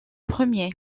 premier